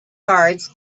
cards